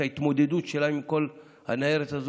את ההתמודדות שלהם עם כל הניירת הזו?